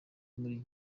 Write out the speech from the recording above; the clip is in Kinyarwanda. muri